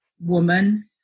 woman